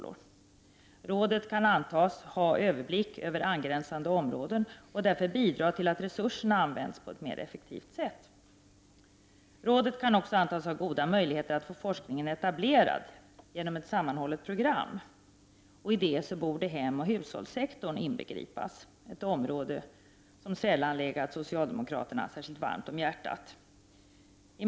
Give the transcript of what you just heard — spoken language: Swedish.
Rådet kan antas ha en överblick över angränsande områden och därför bidra till att resurserna används på ett mer effektivt sätt. Rådet kan också antas ha goda möjligheter att få forskningen etablerad genom ett sammanhållet program, i vilket hemoch hushållssektorn borde inbegripas. Detta är ett område som sällan har legat socialdemokraterna särskilt varmt om hjärtat.